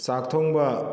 ꯆꯥꯛ ꯊꯣꯡꯕ